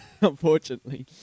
Unfortunately